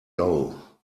low